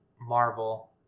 marvel